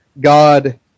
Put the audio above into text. God